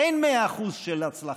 אין 100% של הצלחה.